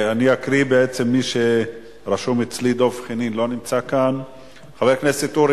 אני אקריא את מי שרשום אצלי: חבר הכנסת דב חנין,